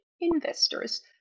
investors